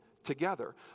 together